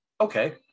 Okay